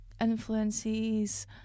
influences